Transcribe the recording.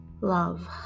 love